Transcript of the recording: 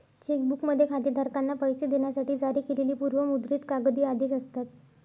check बुकमध्ये खातेधारकांना पैसे देण्यासाठी जारी केलेली पूर्व मुद्रित कागदी आदेश असतात